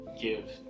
give